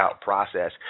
process